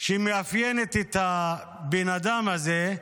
שמאפיינת את הבן אדם הזה.